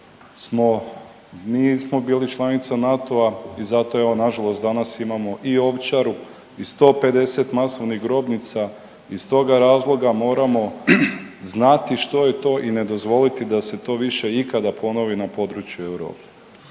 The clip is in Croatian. nismo bili članica NATO-a i zato evo nažalost danas imamo i Ovčaru i 150 masovnih grobnica i iz toga razloga moramo znati što je to i ne dozvoliti da se to više ikada ponovi na području Europe.